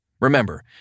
Remember